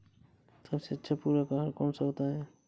सबसे अच्छा पूरक आहार कौन सा होता है?